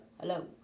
hello